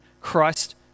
Christ